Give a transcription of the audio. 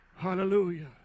Hallelujah